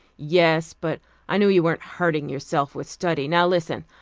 yes, but i knew you weren't hurting yourself with study. now listen.